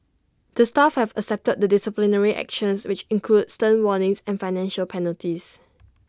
the staff have accepted the disciplinary actions which include stern warnings and financial penalties